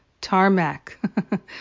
tarmac